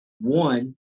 one